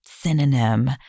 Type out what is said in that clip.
synonym